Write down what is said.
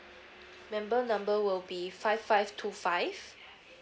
member number will be five five two five